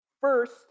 First